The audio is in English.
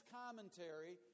commentary